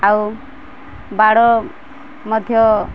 ଆଉ ବାଡ଼ ମଧ୍ୟ